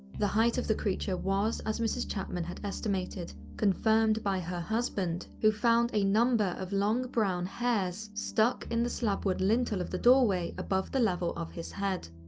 the height of the creature was as mrs chapman had estimated, confirmed by her husband, who found a number of long brown hairs stuck in the slabwood lintel of the doorway, above the level of his head.